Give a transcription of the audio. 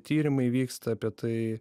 tyrimai vyksta apie tai